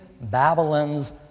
babylon's